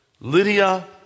Lydia